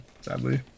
sadly